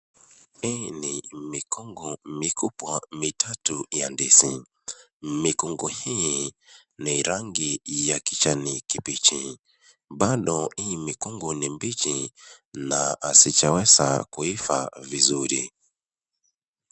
Hii mikungu mikubwa mitatu ya ndizi mikungu hii ni ya rangi ya kijani kibichi Bado hii mikungu ni mbichi na hazijaweza kuiva vizuri.